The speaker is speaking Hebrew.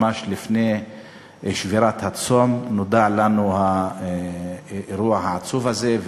ממש לפני שבירת הצום נודע לנו על האירוע העצוב הזה,